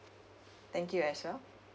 thank you as well